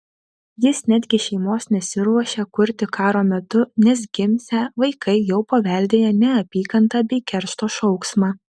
jis netgi šeimos nesiruošia kurti karo metu nes gimsią vaikai jau paveldėję neapykantą bei keršto šauksmą